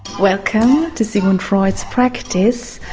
welcome to sigmund freud's practice,